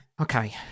Okay